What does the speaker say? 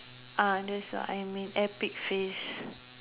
ah that's what I mean epic face